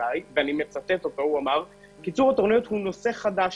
חגי הוא אמר: "קיצור התורנויות הוא נושא חדש,